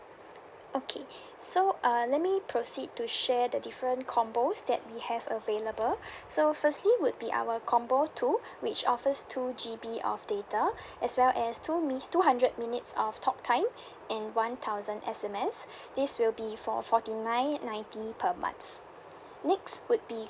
okay so uh let me proceed to share the different combos that we have available so firstly would be our combo two which offers two G_B of data as well as two min~ two hundred minutes of talk time and one thousand S_M_S this will be for forty nine ninety per month next would be